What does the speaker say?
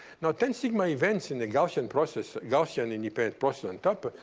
now, ten sigma events in the gaussian process, gaussian independent process on top,